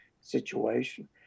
situation